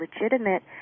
legitimate